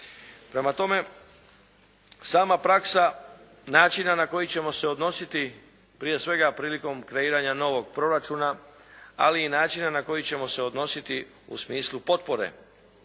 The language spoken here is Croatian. Prema tome, sama praksa načina na koji ćemo se odnositi prije svega prilikom kreiranja novog proračuna, ali i načina na koji ćemo se odnositi u smislu potpore